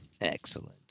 Excellent